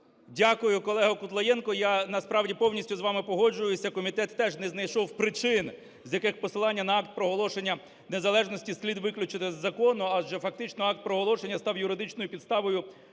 Дякую, колегоКудлаєнко. Я насправді повністю з вами погоджуюся, комітет теж не знайшов причин, з яких посилання на Акт проголошення незалежності слід виключити з закону, адже фактично Акт проголошення став юридичною підставою для